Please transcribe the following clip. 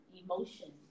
emotions